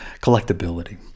collectability